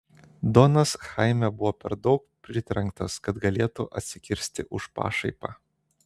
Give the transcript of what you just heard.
donas chaime buvo per daug pritrenktas kad galėtų atsikirsti už pašaipą